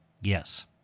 Yes